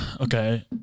Okay